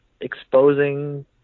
exposing